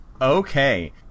Okay